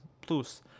plus